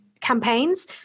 campaigns